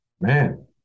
man